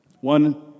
One